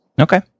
Okay